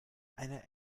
einer